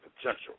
potential